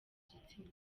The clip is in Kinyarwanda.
gitsina